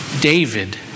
David